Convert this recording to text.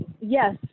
yes